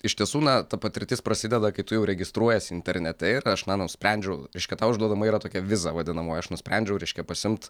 iš tiesų na ta patirtis prasideda kai tu jau registruojies internete ir aš na nusprendžiau reiškia tau išduodama yra tokia viza vadinamoji aš nusprendžiau reikia pasiimt